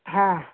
ಹಾಂ